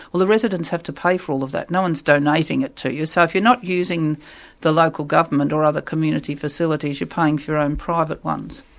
well the residents have to pay for all of that, no-one's donating it to you, so if you're not using the local government or other community facilities, you're paying for your own private ones.